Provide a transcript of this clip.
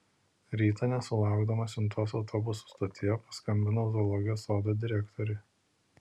rytą nesulaukdamas siuntos autobusų stotyje paskambinau zoologijos sodo direktoriui